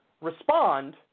respond